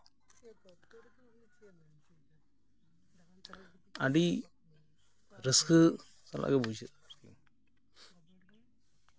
ᱟᱹᱰᱤ ᱨᱟᱹᱥᱠᱟᱹ ᱥᱟᱞᱟᱜ ᱜᱮ ᱵᱩᱡᱷᱟᱹᱜᱼᱟ